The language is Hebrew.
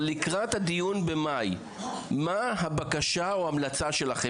אבל לקראת הדיון במאי, מה הבקשה או ההמלצה שלכם?